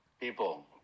People